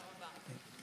תודה רבה.